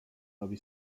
robi